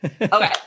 Okay